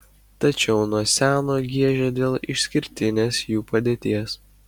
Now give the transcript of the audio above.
tačiau nuo seno giežė dėl išskirtinės jų padėties